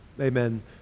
amen